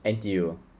N_T_U